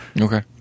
Okay